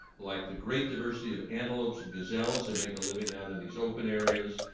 like the great diversity of antelopes and gazelles that make a living out in these open areas.